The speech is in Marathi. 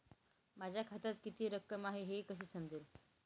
माझ्या खात्यात किती रक्कम आहे हे कसे समजेल?